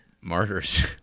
Martyrs